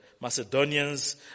Macedonians